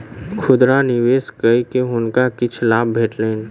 खुदरा निवेश कय के हुनका किछ लाभ भेटलैन